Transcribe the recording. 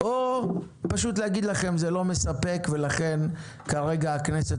או לומר לכם: זה לא מספק לכן כרגע הכנסת